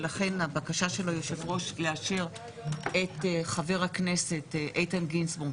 ולכן הבקשה של היושב-ראש לאשר את חבר הכנסת גינזבורג,